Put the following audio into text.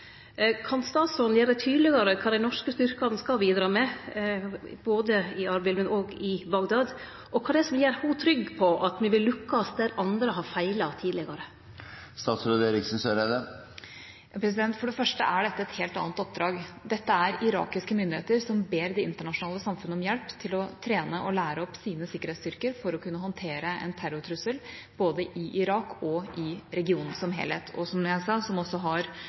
Kan statsråden gjere tydelegare kva dei norske styrkane skal bidra med, både i Arbil og i Bagdad, og kva det er som gjer ho trygg på at me vil lukkast der andre har feila tidlegare? For det første er dette et helt annet oppdrag. Det er irakiske myndigheter som ber det internasjonale samfunnet om hjelp til å trene og lære opp sine sikkerhetsstyrker for å kunne håndtere en terrortrussel både i Irak og i regionen som helhet – og, som jeg sa, som også har